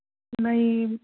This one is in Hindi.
नहीं